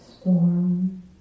storm